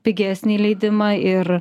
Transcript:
pigesnį leidimą ir